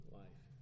life